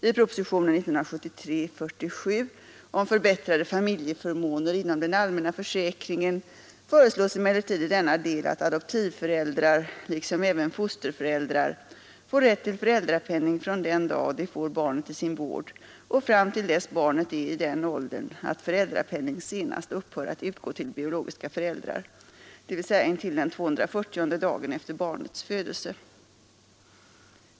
I propositionen 1973:47 om förbättrade familjeförmåner inom den allmänna försäkringen föreslås emellertid i denna del att adoptivföräldrar — liksom även fosterföräldrar — får rätt till föräldrapenning från den dag de får barnet i sin vård och fram till dess barnet är i den åldern att föräldrapenning senast upphör att utgå till biologiska föräldrar, dvs. intill den 240:e dagen efter barnets födelse.